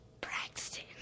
Braxton